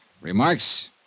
Remarks